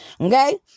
Okay